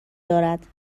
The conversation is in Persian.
دارد